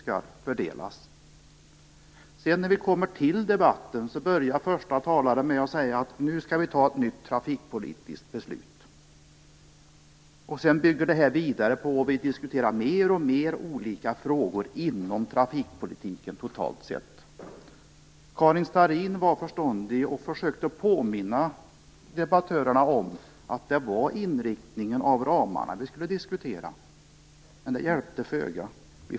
När vi sedan kommer till debatten börjar första talare med att säga att vi nu skall fatta ett nytt trafikpolitiskt beslut. Sedan diskuteras mer och mer olika frågor inom trafikpolitiken totalt sett. Karin Starrin var förståndig och försökte påminna debattörerna om att det var inriktningen av ramarna som vi skulle diskutera. Men det hjälpte föga.